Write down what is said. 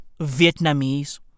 Vietnamese